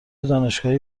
دانشگاهی